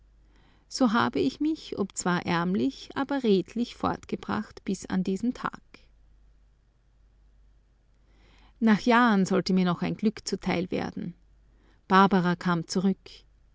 so habe ich mich obzwar ärmlich aber redlich fortgebracht bis diesen tag nach jahren sollte mir noch ein glück zuteil werden barbara kam zurück